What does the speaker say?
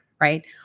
right